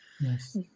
Yes